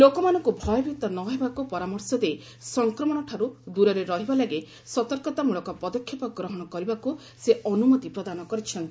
ଲୋକମାନଙ୍କୁ ଭୟଭୀତ ନହେବାକୁ ପରାମର୍ଶ ଦେଇ ସଫକ୍ରମଣଠାରୁ ଦୂରରେ ରହିବା ଲାଗି ସତର୍କତାମୃଳକ ପଦକ୍ଷେପ ଗ୍ରହଣ କରିବାକୁ ସେ ଅନୁମତି ପ୍ରଦାନ କରିଛନ୍ତି